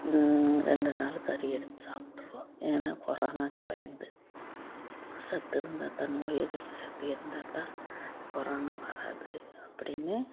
ரெண்டு நாள் கறி எடுத்து சாப்பிட்டுருவோம் ஏன்னா கொரனாவுக்கு பயந்து சத்து இருந்தா தான் நோய் எதிர்ப்பு சக்தி இருந்தா தான் கொரோனா வராது அப்படின்னு